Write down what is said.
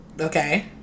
okay